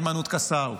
היימנוט קסאו,